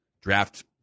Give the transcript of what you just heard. draft